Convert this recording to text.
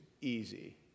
easy